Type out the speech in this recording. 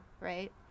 right